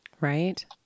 Right